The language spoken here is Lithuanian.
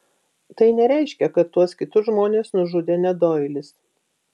tai nereiškia kad tuos kitus žmones nužudė ne doilis